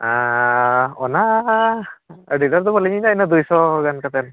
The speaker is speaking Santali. ᱟᱻ ᱚᱱᱟ ᱟᱹᱰᱤ ᱰᱷᱮᱹᱨ ᱫᱚ ᱵᱟᱞᱤᱧ ᱤᱫᱤᱭᱟ ᱤᱱᱟᱹ ᱫᱩᱭ ᱥᱚ ᱜᱟᱱ ᱠᱟᱛᱮ